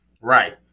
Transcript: right